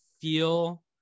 feel